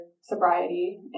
sobriety